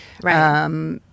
Right